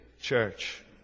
church